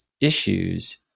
issues